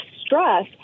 stress